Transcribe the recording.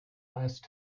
last